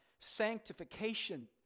sanctification